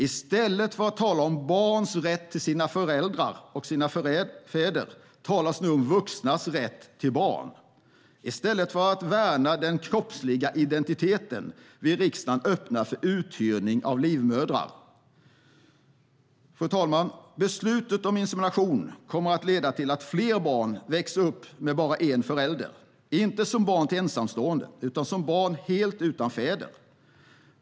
I stället för att tala om barns rätt till sina föräldrar och sina fäder talas det nu om vuxnas rätt till barn. I stället för att värna den kroppsliga identiteten vill riksdagen öppna för uthyrning av livmödrar. Fru talman! Beslutet om insemination kommer att leda till att fler barn växer upp med bara en förälder, inte som barn till ensamstående utan som barn helt utan fäder.